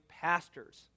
pastors